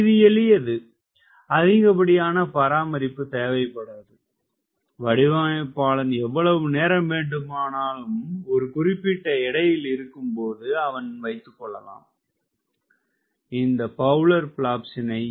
இது எளியது அதிகப்படியான பராமரிப்பு தேவைப்படாது வடிவமைப்பாளன் எவ்வளவு நேரம் வேண்டுமானாலும் ஒரு குறிப்பிட்ட எடையில் இருக்கும்போது அவன் வைத்துக்கொள்ளலாம் இந்த பவுலர் பிளாப்ஸினை